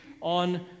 on